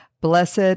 Blessed